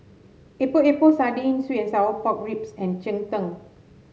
Epok Epok Sardin sweet and Sour Pork Ribs and Cheng Tng